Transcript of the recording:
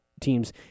Teams